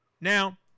now